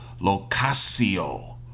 Locasio